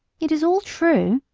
it is all true,